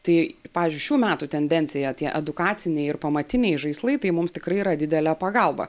tai pavyzdžiui šių metų tendencija tie edukaciniai ir pamatiniai žaislai tai mums tikrai yra didelė pagalba